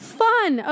fun